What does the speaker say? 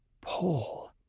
Paul